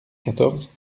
quatorze